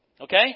Okay